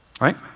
Right